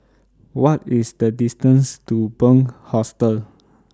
What IS The distance to Bunc Hostel